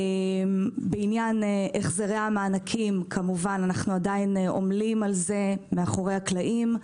בעניין החזרי המענקים אנו עדיין עמלים על זה מאחורי הקלעים,